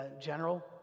General